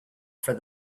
for